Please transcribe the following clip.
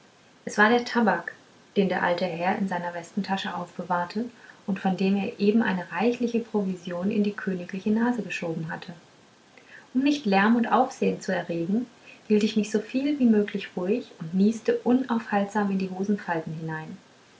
es war der tabak den der alte herr in seiner westentasche aufbewahrte und von dem er eben eine reichliche provision in die königliche nase geschoben hatte um nicht lärm und aufsehen zu erregen hielt ich mich soviel wie möglich ruhig und nieste unaufhaltsam in die hosenfalten hinein